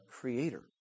creator